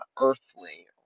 earthly